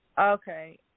Okay